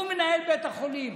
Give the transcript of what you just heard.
הוא מנהל בית החולים,